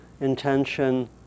intention